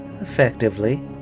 effectively